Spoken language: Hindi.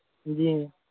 जी